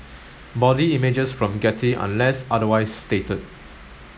body images from Getty unless otherwise stated